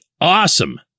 awesome